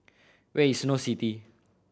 where is Snow City